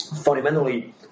Fundamentally